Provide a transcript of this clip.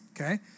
Okay